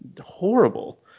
horrible